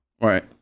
Right